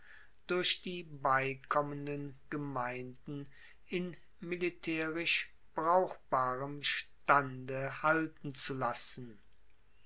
durch die beikommenden gemeinden in militaerisch brauchbarem stande halten zu lassen